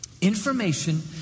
Information